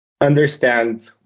understand